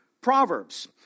Proverbs